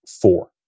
four